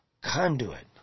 conduit